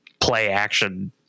play-action